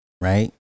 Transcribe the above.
right